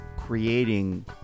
creating